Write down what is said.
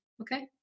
okay